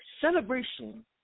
celebration